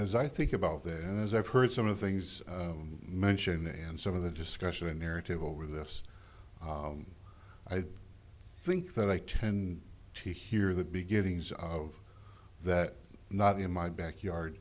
as i think about that as i've heard some of the things mentioned and some of the discussion and narrative over this i think that i tend to hear the beginnings of that not in my backyard